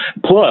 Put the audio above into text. Plus